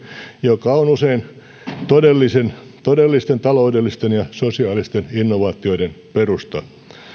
joka on usein todellisten taloudellisten ja sosiaalisten innovaatioiden perusta